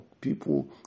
people